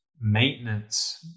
maintenance